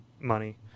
money